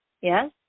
Yes